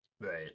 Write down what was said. Right